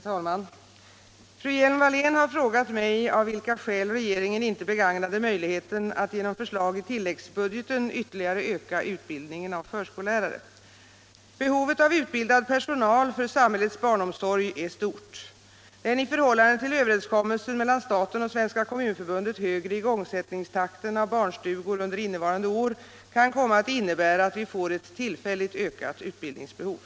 Herr talman! Fru Hjelm-Wallén har frågat mig av vilka skäl regeringen inte begagnade möjligheten att genom förslag i tilläggsbudgeten ytter ligare öka utbildningen av förskollärare. Nr 38 Behovet av utbildad personal för samhällets barnomsorg är stort. Den Torsdagen den i förhållande till överenskommelsen mellan staten och Svenska kom 2 december 1976 munförbundet högre igångsättningstakten när det gäller barnstugorunder I innevarande år kan komma att innebära att vi får ett tillfälligt ökat ut — Om ökad utbildning bildningsbehov.